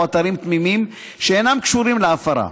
או אתרים תמימים שאינם קשורים להפרה.